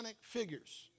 figures